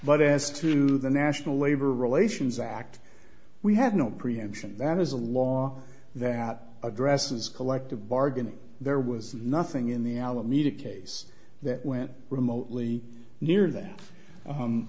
but as to the national labor relations act we have no preemption that is a law that addresses collective bargaining there was nothing in the alameda case that went remotely near that